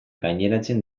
gaineratzen